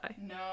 No